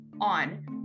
on